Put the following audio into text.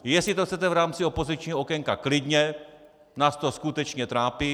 Jestli to chcete v rámci opozičního okénka, klidně, nás to skutečně trápí.